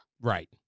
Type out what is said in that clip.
Right